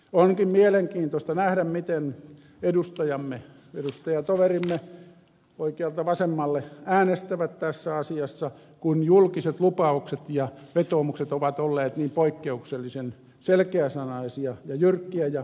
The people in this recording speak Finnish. onkin mielenkiintoista nähdä miten edustajatoverimme oikealta vasemmalle äänestävät tässä asiassa kun julkiset lupaukset ja vetoomukset ovat olleet niin poikkeuksellisen selkeäsanaisia ja jyrkkiä ja oikean suuntaisia